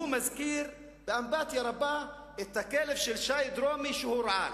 הוא מזכיר באמפתיה רבה את הכלב של שי דרומי שהורעל.